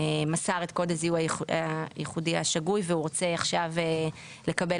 שמסר את קוד הזיהוי הייחודי השגוי והוא רוצה עכשיו לקבל